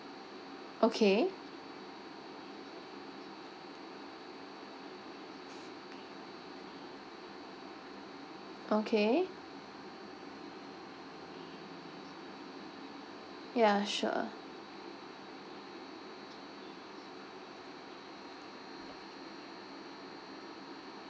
okay okay ya sure